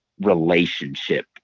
relationship